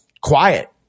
quiet